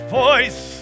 voice